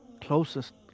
Closest